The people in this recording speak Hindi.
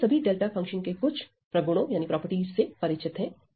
अब हम सभी डेल्टा फंक्शन के कुछ प्रगुणो से परिचित हैं